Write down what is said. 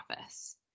office